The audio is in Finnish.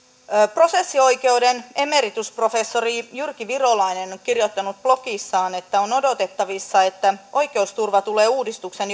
prosessioikeuden emeritusprofessori jyrki virolainen on kirjoittanut blogissaan että on odotettavissa että oikeusturva tulee uudistuksen